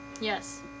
Yes